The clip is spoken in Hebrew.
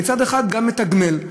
ומצד שני גם לתגמל,